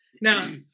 Now